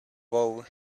bow